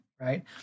right